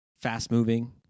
fast-moving